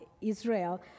Israel